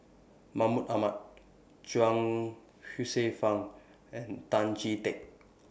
Mahmud Ahmad Chuang Hsueh Fang and Tan Chee Teck